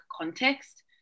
context